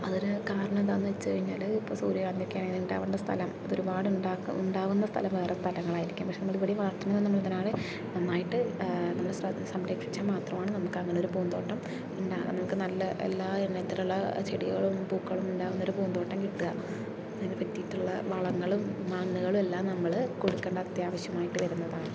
അതിന് കാരണമെന്താണെന്ന് വെച്ച് കഴിഞ്ഞാൽ ഇപ്പോൾ സൂര്യകാന്തി ഒക്കെയാണെങ്കിൽ ഉണ്ടാവേണ്ട സ്ഥലം അത് ഒരുപാട് ഉണ്ടാക്കും ഉണ്ടാവുന്ന സ്ഥലം വേറെ സ്ഥലങ്ങളായിരിക്കും പക്ഷേ അത് നമ്മൾ ഇവിടെയും വളർത്തണം നമ്മൾ അതിനാണ് നന്നായിട്ട് നമ്മൾ സംരക്ഷിച്ചാൽ മാത്രമാണ് നമ്മൾക്ക് അങ്ങനെ ഒരു പൂന്തോട്ടം നമുക്ക് നല്ല എല്ലാ ഇനത്തിലുള്ള ചെടികളും പൂക്കളും ഉണ്ടാകുന്ന ഒരു പൂന്തോട്ടം കിട്ടുക അതിനു പറ്റിയിട്ടുള്ള വളങ്ങളും മണ്ണുകളും എല്ലാം നമ്മൾ കൊടുക്കേണ്ടത് അത്യാവശ്യമായിട്ട് വരുന്നതാണ്